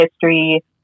history